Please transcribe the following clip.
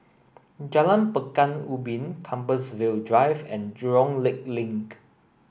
Jalan Pekan Ubin Compassvale Drive and Jurong Lake Link